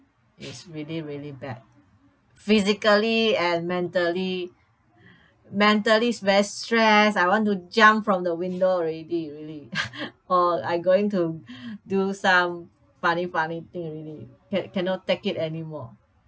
is really really bad physically and mentally mentally s~ very stress I want to jump from the window already really or I going to do some funny funny thing already can~ cannot take it anymore